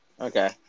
okay